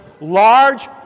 large